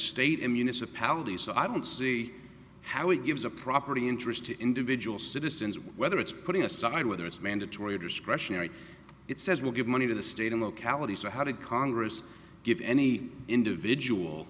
palace so i don't see how it gives a property interest to individual citizens whether it's putting aside whether it's mandatory or discretionary it says will give money to the state in mcalester how did congress give any individual